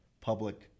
public